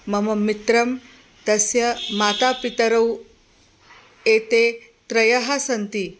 मम मित्रं तस्य मातापितरौ एते त्रयः सन्ति